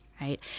Right